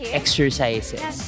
exercises